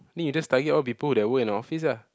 then you just target all people that work in the office lah